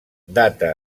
data